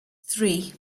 three